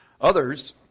Others